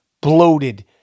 bloated